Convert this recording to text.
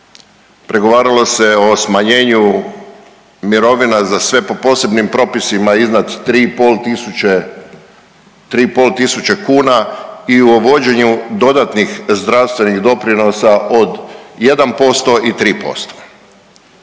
pregovaralo se o smanjenju mirovina za sve po posebnim propisima iznad 3 i pol tisuće kuna i o vođenju dodatnih zdravstvenih doprinosa od 1% i 3%.